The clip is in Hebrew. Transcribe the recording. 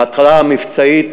ההתחלה המבצעית